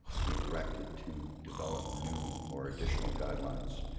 be directed to develop new or additional guidelines,